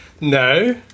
No